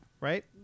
right